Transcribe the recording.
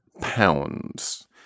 pounds